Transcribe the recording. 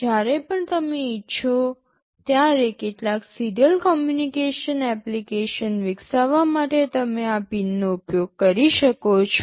જ્યારે પણ તમે ઇચ્છો ત્યારે કેટલાક સિરીયલ કમ્યુનિકેશન એપ્લિકેશન વિકસાવવા માટે તમે આ પિનનો ઉપયોગ કરી શકો છો